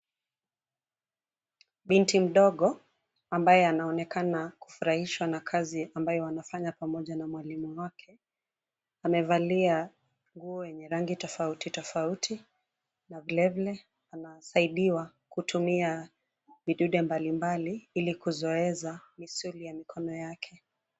Binti mdogo ambaye anaonekana kufurahishwa na kazi ambayo wanafanya pamoja na mwalimu wake. Amevalia nguo yenye rangi tofauti tofauti na vilevile anasaidiwa kutumia vidude mbalimbali ili kuzoeza misuli ya mikono yake.